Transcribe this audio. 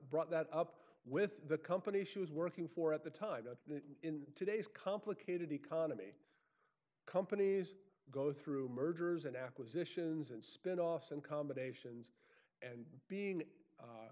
brought that up with the company she was working for at the time but in today's complicated economy companies go through mergers and acquisitions and spin offs and combinations and being